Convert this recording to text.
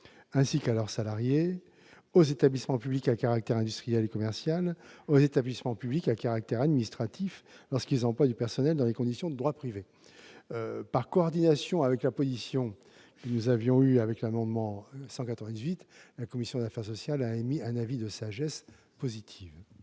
ainsi qu'à leurs salariés, aux établissements publics à caractère industriel et commercial, aux établissements publics à caractère administratif lorsqu'ils emploient du personnel dans les conditions du droit privé. Par coordination avec sa position sur l'amendement n° 198, la commission émet un avis de sagesse positive